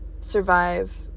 survive